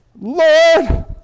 Lord